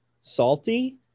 salty